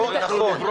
לא נכון.